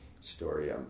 story